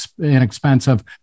inexpensive